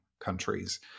countries